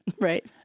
Right